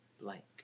blank